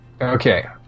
Okay